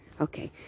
okay